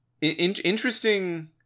interesting